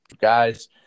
guys